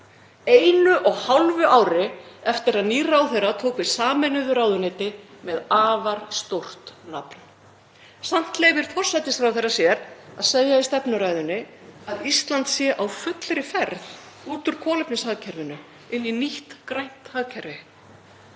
einu og hálfu ári eftir að nýr ráðherra tók við sameinuðu ráðuneyti með afar stórt nafn. Samt leyfir forsætisráðherra sér að segja í stefnuræðunni að Ísland sé á fullri ferð út úr kolefnishagkerfinu inn í nýtt grænt hagkerfi.